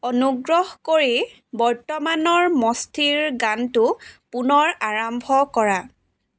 অনুগ্ৰহ কৰি বৰ্তমানৰ মষ্টিৰ গানটো পুনৰ আৰম্ভ কৰা